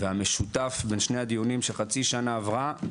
והמשותף בין שני הדיונים שחצי שנה עברה,